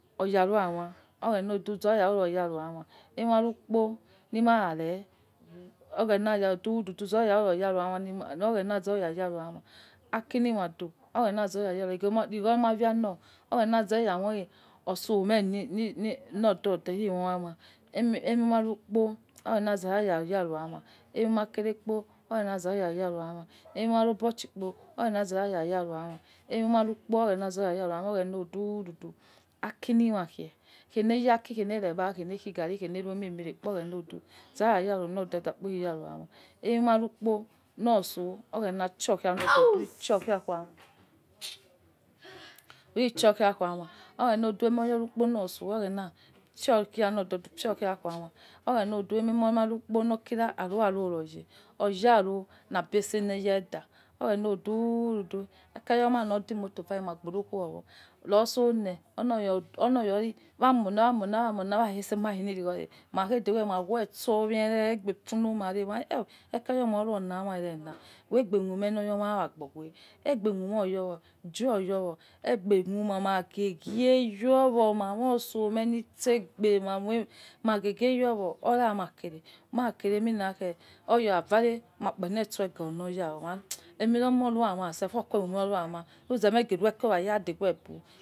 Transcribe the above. Oyaro ama oghena odu zora ruror yaro ama emarukpo nimarara oghena ya odududu zor ya ruror yaror ama ni ma oghena zor ya yaro ama aki ni ma dor oghena zor ya yaro irighor ni ma via nor oghena zeya moi osomeh ni ni nor dorda eri moi ama emi emi ma rukpo oghena zera ya yaro yama emi ma kerekpo oghena zoya yaro ama emi ma ro obo chi kpo oghena zera ya yaro ama emi ma rukpo oghena zerayayaro ama oghena odududu aki ni ma khie khene ya aki khe ne re gba khene khi garri khene rui ememe rekpo oghena odu zara yaro nor ododa kpo uri yaro ama emi marukpo nor sto oghena chiokhia nudu uri chiokhia kuama uri chiokhia kuama oghe na odu emoya rukpo nor otso we oghena fior khi nor doda ufio kia khuor ama oghena odu enemoh na rukpo nokira aro aro royeh oyaro nabe ese neh yeh eda oghena odududu ekerio mana odimoto vare ma gboruqu owor ror soneh onoya dui onoya ori wamona wamona wamona ware reseh emare ni righor reh makhedewe mawe stor kpiere egbe funomareh mari o ekeriomah orui ona ma erena weh egbe mumeh nor your ma wa agbor weh egbe mu ma magie gie yor wor ma moi osomeh nitse egbe mamoi ma gie gie yor wor ora makere makere emin akhe oya okhavare akpane etuwe ga onoya owor arti emi romoruhama selfu oque muemuruama nuzemeh geh ror ekero wa ya dewe gbol.